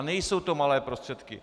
Nejsou to malé prostředky.